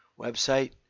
website